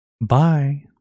Bye